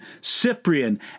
Cyprian